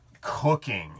cooking